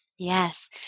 Yes